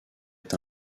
est